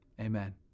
amen